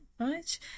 right